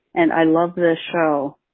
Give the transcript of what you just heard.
and i love this show